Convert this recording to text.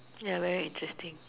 ya very interesting